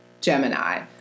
Gemini